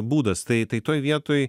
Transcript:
būdas tai tai toj vietoj